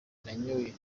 nanyoye